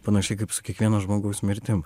panašiai kaip su kiekvieno žmogaus mirtim